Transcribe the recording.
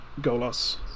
Golos